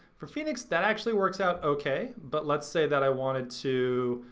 for phoenix that actually works out okay. but let's say that i wanted to,